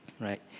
right